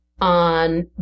on